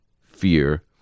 fear